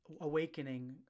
awakening